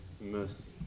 mercy